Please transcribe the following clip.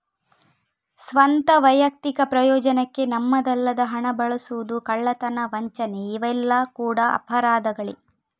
ಸ್ವಂತ, ವೈಯಕ್ತಿಕ ಪ್ರಯೋಜನಕ್ಕೆ ನಮ್ಮದಲ್ಲದ ಹಣ ಬಳಸುದು, ಕಳ್ಳತನ, ವಂಚನೆ ಇವೆಲ್ಲ ಕೂಡಾ ಅಪರಾಧಗಳೇ